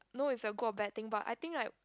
no it's a good or bad thing but I think like